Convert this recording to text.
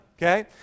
Okay